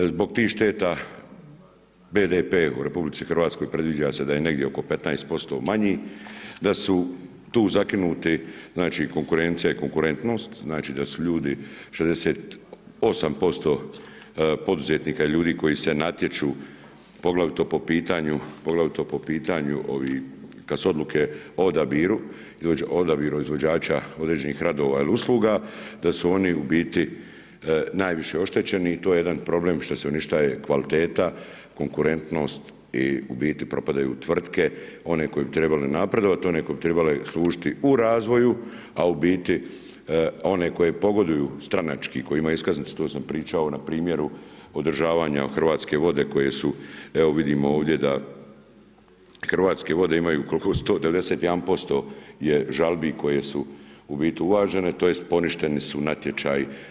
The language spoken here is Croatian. Zbog tih šteta, BDP u RH predviđa se da je negdje oko 15% manji, da su tu zakinuti znači konkurencija i konkurentnost, znači da su ljudi 68% poduzetnika i ljudi koji se natječu, poglavito po pitanju kad su odluke o odabiru izvođača određenih radova ili usluga, da su oni u biti, najviše oštećeni i to je jedan problem što se oni šta je kvaliteta, konkurentnost i u biti propadaju tvrtke one koje bi trebale napredovati, one koje bi trebale služiti u razvoju, a u biti one koje pogoduju stranački, koje imaju iskaznice, to sam pričao na primjeru odražavanju u Hrvatske vode koje su, evo vidimo ovdje da Hrvatske vode imaju, koliko, 100-91% je žalbi koje su u biti uvažene, tj. poništeni su natječaji.